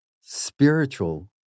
spiritual